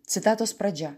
citatos pradžia